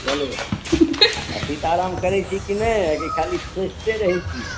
चलू आ सीता राम करैत छी कि नहि आकि खाली सोचिते रहैत छी